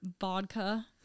vodka